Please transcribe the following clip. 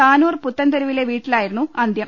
താനൂർ പുത്തൻതെരുവിലെ വീട്ടിലായിരുന്നു അന്ത്യം